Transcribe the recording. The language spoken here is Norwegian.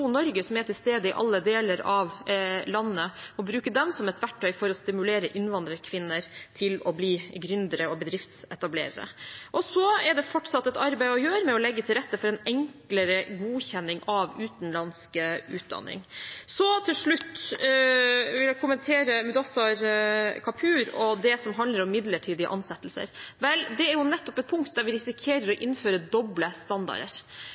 Norge, som er til stede i alle deler av landet, som et verktøy til å stimulere innvandrerkvinner til å bli gründere og bedriftsetablerere. Så er det fortsatt et arbeid å gjøre med å legge til rette for en enklere godkjenning av utenlandsk utdanning. Til slutt vil jeg kommentere Mudassar Kapur og det som handler om midlertidige ansettelser. Vel, dette er jo nettopp et område der vi risikerer å innføre doble standarder.